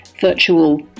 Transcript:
virtual